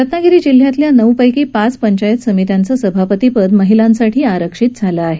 रत्नागिरी जिल्ह्यातल्या नऊपैकी पाच पंचायत समित्यांचं सभापतिपद महिलांसाठी आरक्षित झालं आहे